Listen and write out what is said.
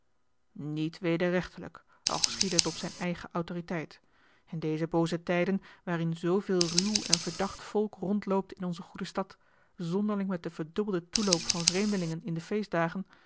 niet wederrechtelijk al geschiedde het op zijne eigene autoriteit in deze booze tijden waarin zooveel ruw en verdacht volk rondloopt in onze goede stad zonderling met den verdubbelden toeloop van vreemdelingen in de feestdagen